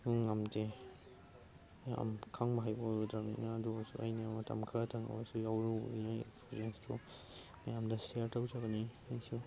ꯉꯝꯗꯦ ꯌꯥꯝ ꯈꯪꯕ ꯍꯩꯕ ꯑꯣꯏꯔꯨꯗ꯭ꯔꯝꯅꯤꯅ ꯑꯗꯨ ꯑꯣꯏꯔꯁꯨ ꯑꯩꯅ ꯃꯇꯝ ꯈꯔꯗꯪ ꯑꯣꯏꯔꯁꯨ ꯌꯥꯎꯔꯨꯕꯅꯤꯅ ꯑꯦꯛꯁꯄꯤꯔꯤꯌꯦꯟꯁꯇꯣ ꯃꯌꯥꯝꯗ ꯁꯤꯌꯔ ꯇꯧꯖꯕꯅꯤ ꯑꯩꯁꯨ